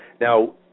Now